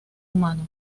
humano